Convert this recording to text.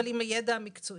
אבל עם הידע המקצועי.